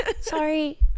Sorry